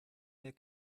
der